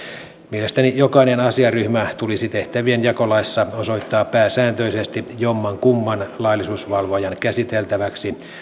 mielestäni jokainen asiaryhmä tulisi tehtävien jakolaissa osoittaa pääsääntöisesti jommankumman laillisuusvalvojan käsiteltäväksi